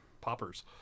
poppers